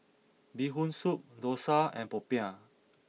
Bee Hoon Soup Dosa and Popiah